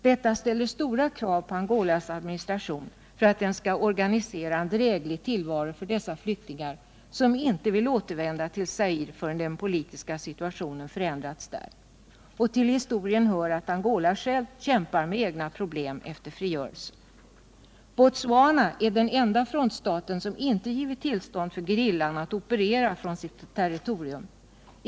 Detta ställer stora krav på Angolas administration att organisera en dräglig tillvaro för dessa flyktingar, som inte vill återvända till Zaire förrän den politiska situationen har förändrats där. Till historien hör att Angola självt kämpar med egna problem efter frigörelsen. Botswana är den enda frontstaten som inte har givit tillstånd för gerillan att operera från sitt territorium.